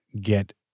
get